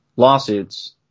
lawsuits